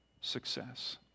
success